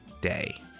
day